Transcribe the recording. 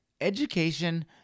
education